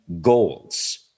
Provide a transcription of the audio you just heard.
goals